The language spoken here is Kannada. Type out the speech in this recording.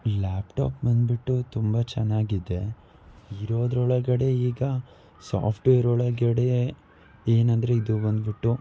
ಈ ಲ್ಯಾಪ್ಟಾಪ್ ಬಂದುಬಿಟ್ಟು ತುಂಬ ಚೆನ್ನಾಗಿದೆ ಇರೋದರೊಳಗಡೆ ಈಗ ಸಾಫ್ಟ್ವೇರೊಳಗಡೆ ಏನಂದರೆ ಇದು ಬಂದುಬಿಟ್ಟು